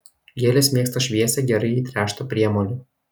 gėlės mėgsta šviesią gerai įtręštą priemolį